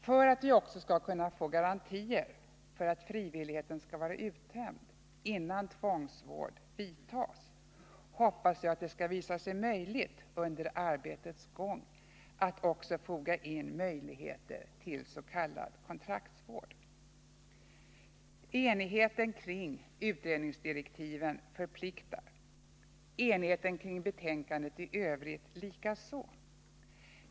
För att vi också skall kunna få garantier för att frivilligheten skall vara uttömd innan tvångsvård vidtas hoppas jag att det skall visa sig möjligt under arbetets gång att även foga in möjligheter till s.k. kontraktsvård. Enigheten kring utredningsdirektiven förpliktar, enigheten kring betänkandet i övrigt likaså.